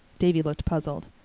davy looked puzzled.